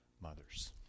mothers